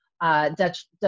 Dutch